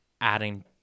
adding